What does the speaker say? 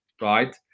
right